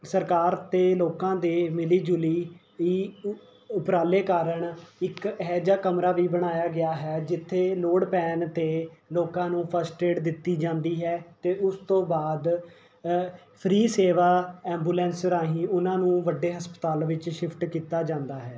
ਸਰਕਾਰ ਅਤੇ ਲੋਕਾਂ ਦੇ ਮਿਲੀ ਜੁਲੀ ਹੀ ਉ ਉਪਰਾਲੇ ਕਾਰਨ ਇੱਕ ਇਹੋ ਜਿਹਾ ਕਮਰਾ ਵੀ ਬਣਾਇਆ ਗਿਆ ਹੈ ਜਿੱਥੇ ਲੋੜ ਪੈਣ 'ਤੇ ਲੋਕਾਂ ਨੂੰ ਫਸਟ ਏਡ ਦਿੱਤੀ ਜਾਂਦੀ ਹੈ ਅਤੇ ਉਸ ਤੋਂ ਬਾਅਦ ਫਰੀ ਸੇਵਾ ਐਬੂਲੈਂਸ ਰਾਹੀਂ ਉਹਨਾਂ ਨੂੰ ਵੱਡੇ ਹਸਪਤਾਲ ਵਿੱਚ ਸ਼ਿਫਟ ਕੀਤਾ ਜਾਂਦਾ ਹੈ